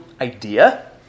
idea